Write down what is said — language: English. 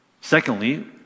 Secondly